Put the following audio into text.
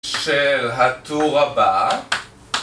של הטור הבא